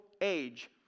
age